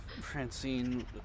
Francine